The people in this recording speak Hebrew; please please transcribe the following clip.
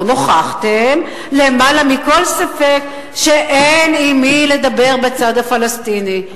הוכחתם למעלה מכל ספק שאין עם מי לדבר בצד הפלסטיני.